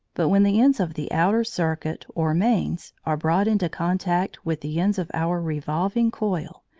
but when the ends of the outer circuit or mains are brought into contact with the ends of our revolving coil,